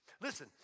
Listen